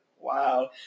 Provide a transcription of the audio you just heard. Wow